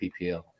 PPL